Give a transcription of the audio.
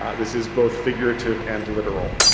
ah this is both figurative and literal.